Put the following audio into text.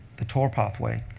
the tor pathway.